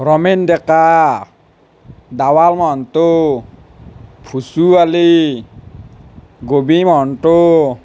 Ramen Deka Baba Mahanta Phuchu Ali Mahanta